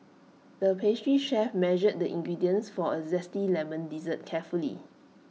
the pastry chef measured the ingredients for A Zesty Lemon Dessert carefully